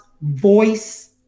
Voice